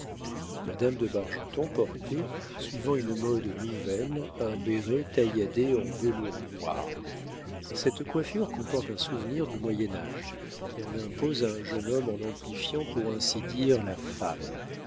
madame de bargeton portait suivant une mode nouvelle un béret tailladé en velours noir cette coiffure comporte un souvenir du moyen-age qui en impose à un jeune homme en amplifiant pour ainsi dire la femme